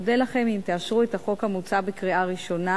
אודה לכם אם תאשרו את החוק המוצע בקריאה ראשונה